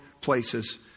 places